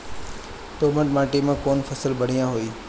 दोमट माटी में कौन फसल बढ़ीया होई?